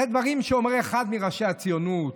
אלה דברים שאומר אחד מראשי הציונות,